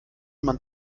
man